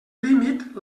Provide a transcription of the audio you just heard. límit